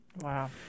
Wow